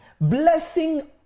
Blessing